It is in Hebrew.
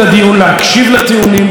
להקשיב לטיעונים,